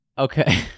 Okay